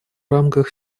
рамках